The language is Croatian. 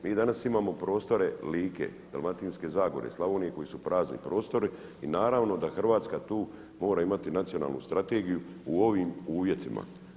Mi danas imamo prostore Like, Dalmatinske zagore, Slavonije koji su prazni prostori i naravno da Hrvatska tu mora imati Nacionalnu strategiju u ovim uvjetima.